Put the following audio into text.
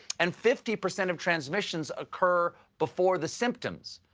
and fifty percent of transmissions occur before the symptoms.